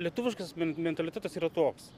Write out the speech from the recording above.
lietuviškas mentalitetas yra toks